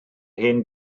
hen